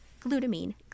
glutamine